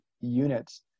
units